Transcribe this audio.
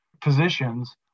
positions